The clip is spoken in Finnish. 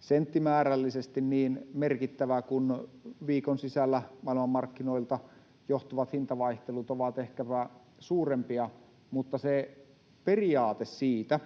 senttimäärällisesti niin merkittävää, kun viikon sisällä maailmanmarkkinoilta johtuvat hintavaihtelut ovat ehkäpä suurempia, mutta se periaate siitä,